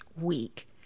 week